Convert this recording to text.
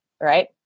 right